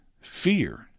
fear